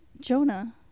Jonah